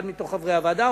אחד מתוך חברי הוועדה,